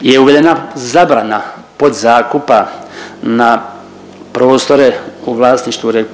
je uvedena zabrana podzakupa na prostore u vlasništvu RH,